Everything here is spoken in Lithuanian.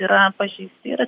yra pažeisti ir